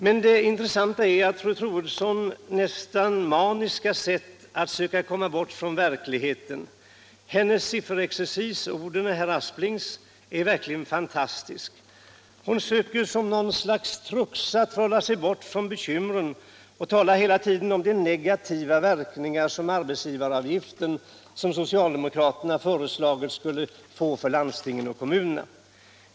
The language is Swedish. Men det intressanta är fru Troedssons nästan maniska sätt att söka komma bort från verkligheten. Hennes sifferexercis — ordet ät herr ASsplings — är verkligen fantastisk. Hon försöker som ett slags Truxa att trolla sig bort från bekymren och talar hela tiden om de negativa verkningar den höjning av arbetsgivaravgiften som socialdemokraterna föreslagit skulle få för landstingen och kommunerna.